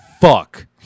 fuck